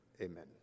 Amen